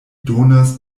donas